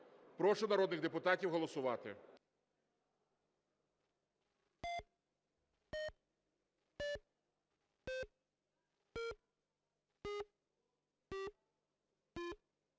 Прошу народних депутатів голосувати.